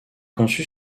conçu